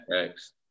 Thanks